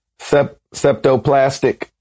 Septoplastic